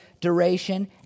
duration